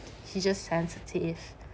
he just sensitive